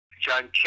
John